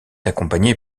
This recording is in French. accompagné